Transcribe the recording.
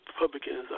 Republicans